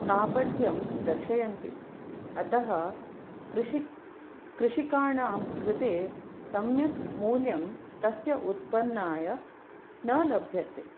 कापठ्यं दर्शयन्ति अतः कृषिक् कृषिकाणां कृते सम्यक् मूल्यं तस्य उत्पन्नाय न लभ्यते